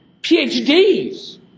PhDs